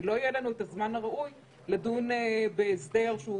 ואני מקווה שזה גם יהיה תמריץ לקדם את הכלי הטכנולוגי